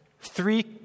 three